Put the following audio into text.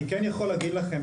אני יכול להגיד לכם,